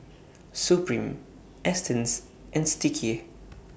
Supreme Astons and Sticky